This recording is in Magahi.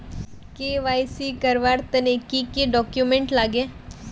के.वाई.सी करवार तने की की डॉक्यूमेंट लागे?